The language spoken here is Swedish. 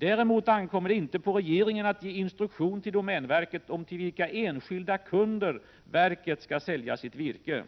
Däremot ankommer det inte på regeringen att ge instruktion till domänverket om till vilka enskilda kunder verket skall sälja sitt virke.